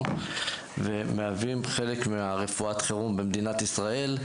ומהווים חלק מרפואת החירום במדינת ישראל.